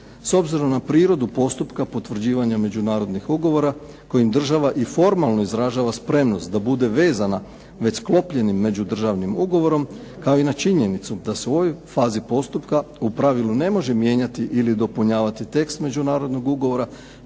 S obzirom na prirodu postupka potvrđivanja međunarodnih ugovora kojim država i formalno izražava spremnost da bude vezana već sklopljenim Međudržavnim ugovorom kao i na činjenicu da se u ovoj fazi postupka u pravilu ne može mijenjati ili dopunjavati tekst Međunarodnog ugovora,